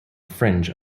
fringe